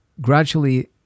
gradually